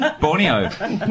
Borneo